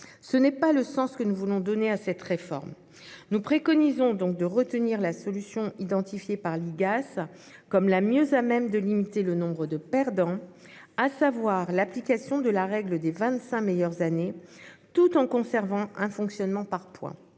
Ce n'est pas le sens que nous voulons donner à cette réforme. Nous préconisons donc de retenir la solution identifiée par l'Igas comme la mieux à même de limiter le nombre de perdants, à savoir l'application de la règle des vingt-cinq meilleures années, tout en conservant un fonctionnement par points.